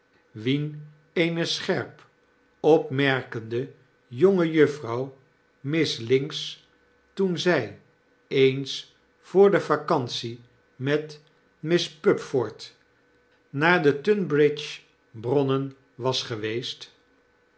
wien eene scherp opmerkende jongejuffrouw miss linx toen ztj eens voor de vacantie met miss pupford naar de tunbridge-bronnen was geweest